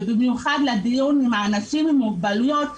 ובמיוחד לדיון עם אנשים עם מוגבלויות,